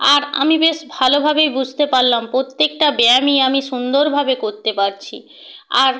আর আমি বেশ ভালোভাবেই বুঝতে পারলাম প্রত্যেকটা ব্যায়ামই আমি সুন্দরভাবে করতে পারছি আর